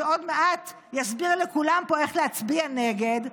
שעוד מעט יסביר לכולם פה איך להצביע נגד,